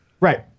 right